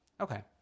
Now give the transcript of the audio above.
Okay